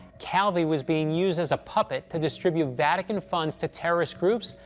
calvi was being used as a puppet to distribute vatican funds to terrorist groups,